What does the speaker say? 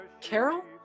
Carol